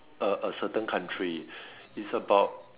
a a certain country it's about